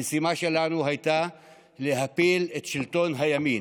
המשימה שלנו הייתה להפיל את שלטון הימין,